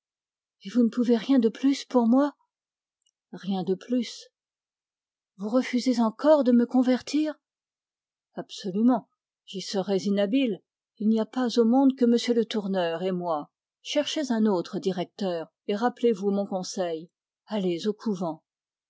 et vous ne pouvez rien de plus pour moi rien de plus vous refusez encore de me convertir j'y serais inhabile il n'y a pas au monde que m le tourneur et moi cherchez un autre directeur et rappelezvous mon conseil allez au couvent